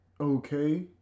Okay